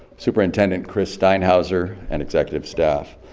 superintendent chris steinhauser, and executive staff.